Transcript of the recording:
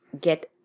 get